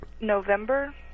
November